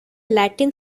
latin